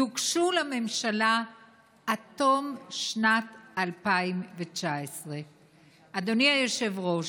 "יוגשו לממשלה עד תום שנת 2019". אדוני היושב-ראש,